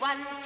One